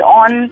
on